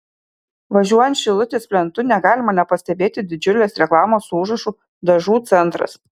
važiuojant šilutės plentu negalima nepastebėti didžiulės reklamos su užrašu dažų centras